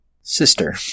Sister